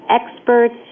experts